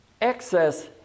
excess